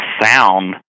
sound